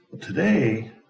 Today